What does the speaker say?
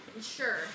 Sure